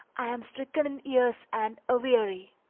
i am stricken in years and aweary.